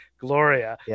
Gloria